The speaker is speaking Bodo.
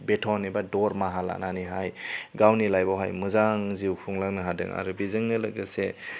बेटन बा दरमाहा लानानैहाय गावनि लाइफआवहाय मोजां जिउ खुंलांनो हादों आरो बेजोंनो लोगोसे